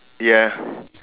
yeah